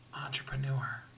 entrepreneur